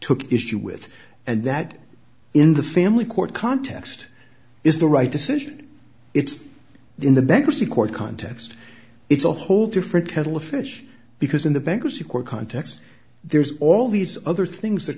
took issue with and that in the family court context is the right decision it's in the bankruptcy court context it's a whole different kettle of fish because in the bankruptcy court context there's all these other things that